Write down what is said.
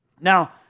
Now